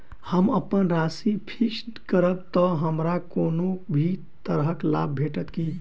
हम अप्पन राशि फिक्स्ड करब तऽ हमरा कोनो भी तरहक लाभ भेटत की?